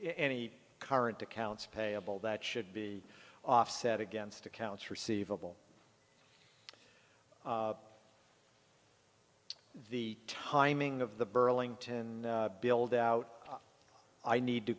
any current accounts payable that should be offset against accounts receivable the timing of the burlington buildout i need to